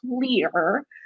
clear